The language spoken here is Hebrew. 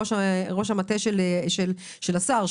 ראש המטה של השר,